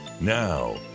Now